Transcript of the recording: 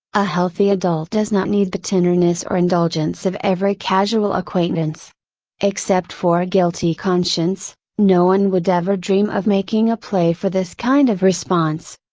a healthy adult does not need the tenderness or indulgence of every casual acquaintance except for a guilty conscience, no one would ever dream of making a play for this kind of response.